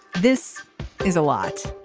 this is a lot.